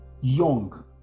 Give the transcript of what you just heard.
young